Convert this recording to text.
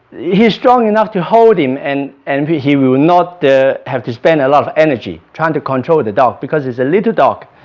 he's strong enough to hold him and and and he he will not have to spend a lot of energy trying to control the dog because it's a little dog